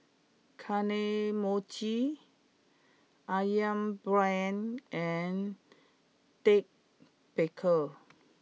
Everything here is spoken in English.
Kane Mochi Ayam Brand and Ted Baker